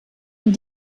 und